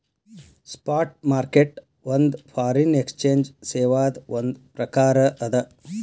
spot market ಒಂದ್ foreign exchange ಸೇವಾದ್ ಒಂದ್ ಪ್ರಕಾರ ಅದ